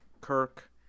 Kirk